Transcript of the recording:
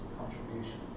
contribution